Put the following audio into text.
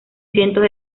cientos